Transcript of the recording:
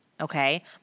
okay